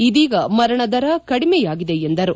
ಇದೀಗ ಮರಣದರ ಕಡಿಮೆಯಾಗಿದೆ ಎಂದರು